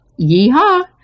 Yeehaw